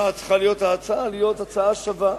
באותה מידה, ההצעה היתה צריכה להיות הצעה שווה: